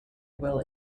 will